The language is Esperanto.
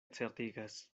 certigas